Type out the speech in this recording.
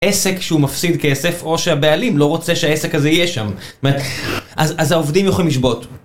עסק שהוא מפסיד כסף או שהבעלים לא רוצה שהעסק הזה יהיה שם. זאת אומרת, אז העובדים יוכלים לשבות.